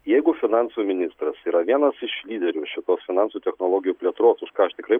jeigu finansų ministras yra vienas iš lyderių šitos finansų technologių plėtros už ką aš tikrai